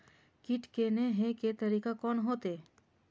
कीट के ने हे के तरीका कोन होते?